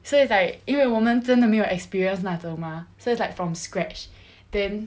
so it's like 因为我们真的没有 experience 那种 mah so it's like from scratch then